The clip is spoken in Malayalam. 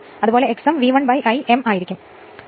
അതിനാൽ V1 I0 sin ∅ 0